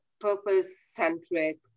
purpose-centric